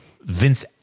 Vince